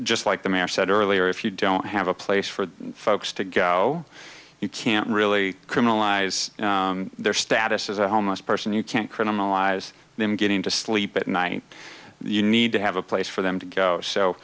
just like the mayor said earlier if you don't have a place for folks to go you can't really criminalize their status as a homeless person you can't criminalize them getting to sleep at night you need to have a place for them to go so